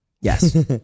Yes